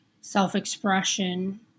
self-expression